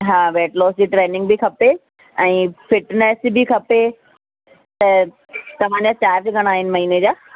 हा weight loss जी training बि खपे ऐं फिजनेस बि खपे त तव्हांजे चार्ज घणा आहिनि महीने जा